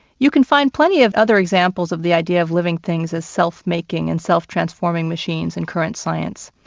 you can find plenty of other examples of the idea of living things as self-making and self-transforming machines in current science.